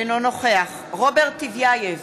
אינו נוכח רוברט טיבייב,